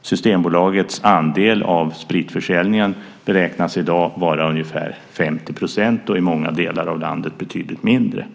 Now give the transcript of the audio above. Och Systembolagets andel av spritförsäljningen beräknas i dag vara ungefär 50 %, och i många delar av landet betydligt mindre.